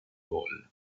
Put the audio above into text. bowl